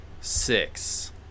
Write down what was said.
six